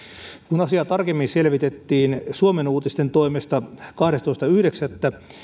kun asiaa tarkemmin selvitettiin suomen uutisten toimesta kahdestoista yhdeksättä